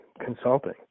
consulting